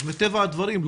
אז מטבע הדברים,